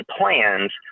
plans